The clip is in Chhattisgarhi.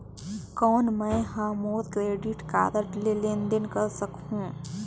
कौन मैं ह मोर क्रेडिट कारड ले लेनदेन कर सकहुं?